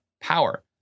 power